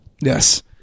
Yes